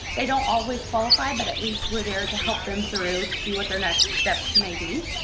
they don't always qualify, but at least we're there to help them through to see what their next step may be.